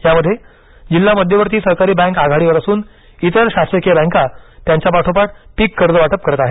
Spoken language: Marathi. यामध्ये जिल्हा मध्यवर्ती सहकारी बँक आघाडीवर असून इतर शासकीय बँका त्यांच्या पाठोपाठ पीककर्ज वाटप करीत आहेत